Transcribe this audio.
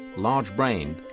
large brained,